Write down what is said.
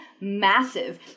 massive